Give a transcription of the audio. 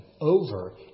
over